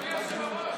אדוני היושב-ראש,